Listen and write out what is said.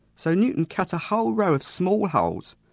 so newton cut a whole row of small holes,